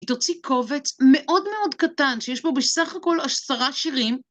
תוציא קובץ מאוד מאוד קטן שיש בו בסך הכל עשרה שירים.